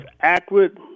accurate